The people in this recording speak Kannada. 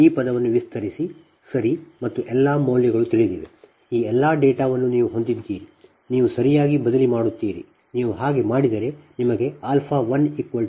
ಈ ಪದವನ್ನು ವಿಸ್ತರಿಸಿ ಸರಿ ಮತ್ತು ಎಲ್ಲಾ ಮೌಲ್ಯಗಳು ತಿಳಿದಿವೆ ಈ ಎಲ್ಲಾ ಡೇಟಾವನ್ನು ನೀವು ಹೊಂದಿದ್ದೀರಿ ನೀವು ಸರಿಯಾಗಿ ಬದಲಿ ಮಾಡುತ್ತೀರಿ ಮತ್ತು ನೀವು ಹಾಗೆ ಮಾಡಿದರೆ ನಿಮಗೆ 12 14 ಸಿಗುತ್ತದೆ